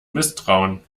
misstrauen